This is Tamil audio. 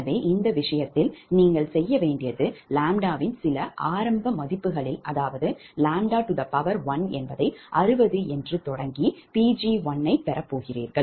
எனவே இந்த விஷயத்தில் நீங்கள் செய்ய வேண்டியது ʎ வின் சில ஆரம்ப மதிப்புகளில் அதாவது ʎ60 என்று தொடங்கி Pg1 ஐப் பெற போகிறீர்கள்